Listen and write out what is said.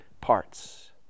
parts